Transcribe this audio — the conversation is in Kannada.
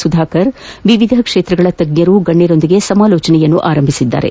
ಸುಧಾಕರ್ ವಿವಿಧ ಕ್ಷೇತ್ರದ ತಜ್ಞರು ಗಣ್ಣರೊಂದಿಗೆ ಸಮಾಲೋಚನೆ ಆರಂಭಿಸಿದ್ದಾರೆ